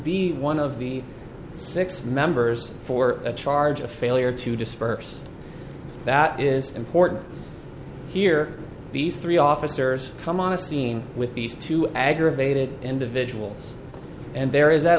be one of the six members for a charge a failure to disperse that is important here these three officers come on a scene with these two aggravated individuals and there is at